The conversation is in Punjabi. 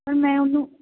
ਪਰ ਮੈਂ ਉਹਨੂੰ